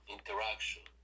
interaction